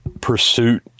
pursuit